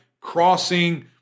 crossing